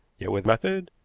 yet with method,